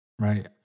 Right